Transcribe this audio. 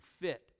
fit